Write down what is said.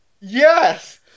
Yes